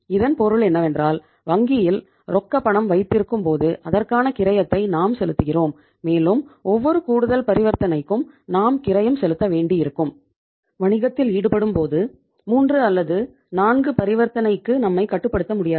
இதன் பொருள் என்னவென்றால் வங்கியில் ரொக்கப் பணம் வைத்திருக்கும் போது அதற்கான கிரயத்தை நாம் செலுத்துகிறோம் மேலும் ஒவ்வொரு கூடுதல் பரிவர்த்தனைக்கும் நாம் கிரயம் செலுத்த வேண்டி இருக்கும் வணிகத்தில் ஈடுபடும்போது மூன்று அல்லது நான்கு பரிவர்த்தனைக்கு நம்மை கட்டுப்படுத்த முடியாது